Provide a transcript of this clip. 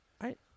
Right